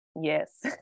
Yes